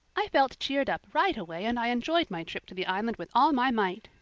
i felt cheered up right away and i enjoyed my trip to the island with all my might.